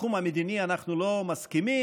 בתחום המדיני אנחנו לא מסכימים,